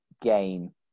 game